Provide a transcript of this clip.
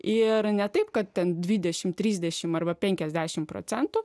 ir ne taip kad ten dvidešimt trisdešimt arba penkiasdešimt procentų